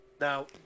now